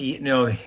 No